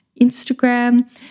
Instagram